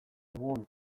egun